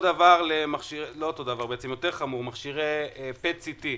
חמור מזה למכשירי PET-CT,